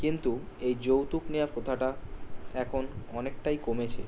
কিন্তু এই যৌতুক নেওয়ার প্রথাটা এখন অনেকটাই কমেছে